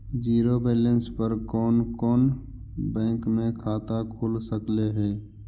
Zero balance पर कोन कोन बैंक में खाता खुल सकले हे?